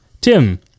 Tim